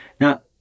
Now